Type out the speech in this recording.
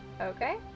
Okay